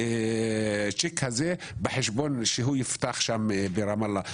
הצ'ק הזה בחשבון שהוא ייפתח שם ברמאללה.